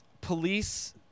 police